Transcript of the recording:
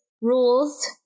rules